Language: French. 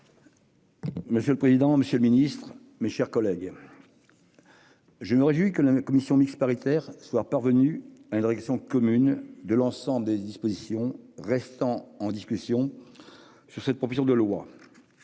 Monsieur le président, monsieur le ministre, mes chers collègues, je me réjouis que la commission mixte paritaire soit parvenue à une rédaction commune sur l'ensemble des dispositions restant en discussion de cette proposition de loi.